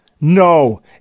no